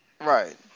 Right